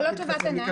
לא טובת הנאה.